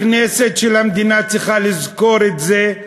הכנסת של המדינה צריכה לזכור את זה,